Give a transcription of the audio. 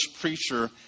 preacher